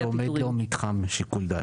זה עומד במבחן סבירות.